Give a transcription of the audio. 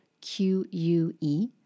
Q-U-E